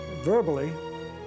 verbally